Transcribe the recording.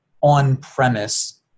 on-premise